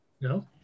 no